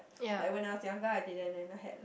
like when I was younger I didn't and I had